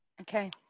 Okay